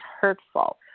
hurtful